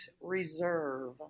Reserve